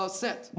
set